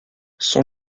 son